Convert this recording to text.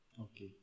Okay